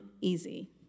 easy